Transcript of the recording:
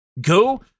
Go